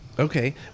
Okay